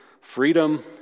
freedom